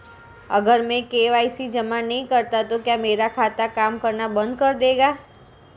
अगर मैं के.वाई.सी जमा नहीं करता तो क्या मेरा खाता काम करना बंद कर देगा?